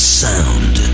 sound